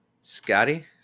Scotty